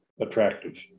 attractive